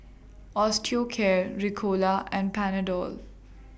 Osteocare Ricola and Panadol